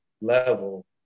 level